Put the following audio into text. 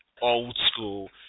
old-school